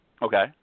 Okay